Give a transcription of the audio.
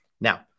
now